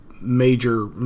major